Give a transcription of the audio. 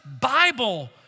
Bible